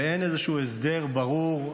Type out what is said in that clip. ואין איזשהו הסדר ברור.